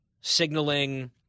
signaling